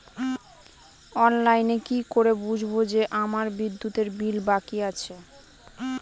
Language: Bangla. অনলাইনে কি করে বুঝবো যে আমার বিদ্যুতের বিল বাকি আছে?